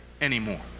anymore